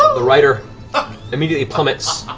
the rider immediately plummets,